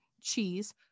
cheese